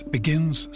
Begins